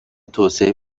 توسعه